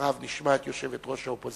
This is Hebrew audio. אחריו נשמע את יושבת-ראש האופוזיציה,